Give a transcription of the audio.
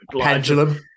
Pendulum